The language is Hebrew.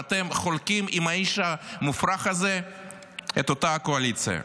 ואתם חולקים עם האיש המופרך הזה את אותה קואליציה.